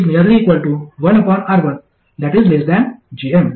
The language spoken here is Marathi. या प्रकरणात iovigm1gmR11R1gm